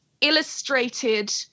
illustrated